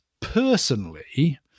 personally